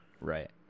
Right